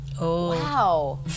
wow